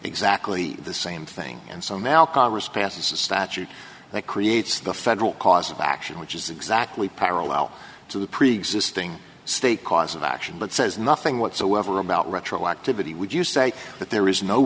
exactly the same thing and so now congress passes a statute that creates the federal cause of action which is exactly parallel to the preexisting state cause of action but says nothing whatsoever about retroactivity would you say that there is no